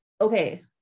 okay